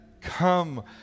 come